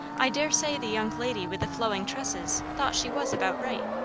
i dare say the young lady with the flowing tresses thought she was about right.